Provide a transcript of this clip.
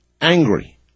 angry